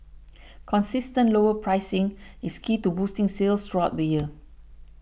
consistent lower pricing is key to boosting sales throughout the year